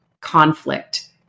conflict